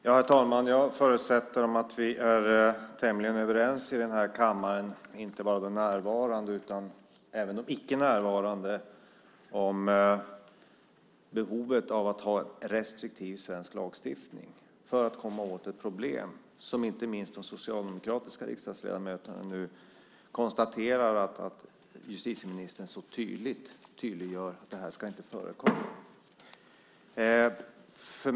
Herr talman! Jag förutsätter att vi är tämligen överens i denna kammare - inte bara de närvarande utan även de icke närvarande - om behovet av att ha en restriktiv svensk lagstiftning för att komma åt ett problem som inte minst de socialdemokratiska riksdagsledamöterna nu konstaterar att justitieministern tydliggör inte ska förekomma.